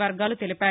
వర్గాలు తెలిపాయి